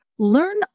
Learn